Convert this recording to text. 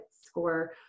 score